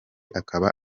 akaba